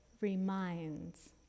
reminds